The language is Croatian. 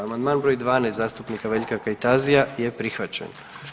Amandman br. 12 zastupnika Veljka Kajtazija je prihvaćen.